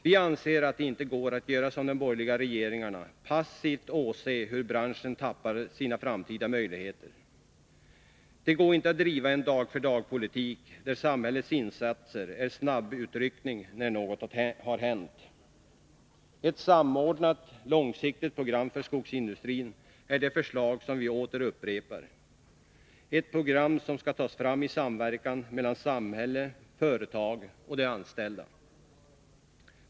Vi anser att det inte går att göra som de borgerliga regeringarna — passivt åse hur branschen tappar sina framtida möjligheter. Det går inte att driva en dag-för-dag-politik, där samhällets insatser är snabbutryckning när något har hänt. Ett samordnat, långsiktigt program för skogsindustrin är det förslag som vi åter upprepar. Programmet skall tas fram i samverkan mellan samhälle, företag och de anställda.